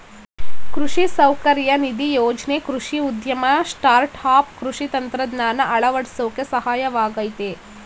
ಕೃಷಿ ಸೌಕರ್ಯ ನಿಧಿ ಯೋಜ್ನೆ ಕೃಷಿ ಉದ್ಯಮ ಸ್ಟಾರ್ಟ್ಆಪ್ ಕೃಷಿ ತಂತ್ರಜ್ಞಾನ ಅಳವಡ್ಸೋಕೆ ಸಹಾಯವಾಗಯ್ತೆ